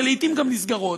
ולעיתים גם נסגרות,